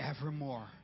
evermore